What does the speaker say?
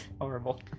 Horrible